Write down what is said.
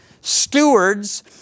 stewards